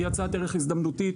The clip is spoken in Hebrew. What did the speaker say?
היא הצעת ערך הזדמנותית.